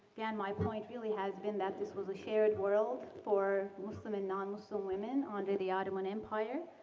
again, my point really has been that this was a shared world for muslim and non-muslim women under the ottoman empire.